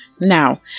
Now